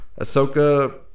Ahsoka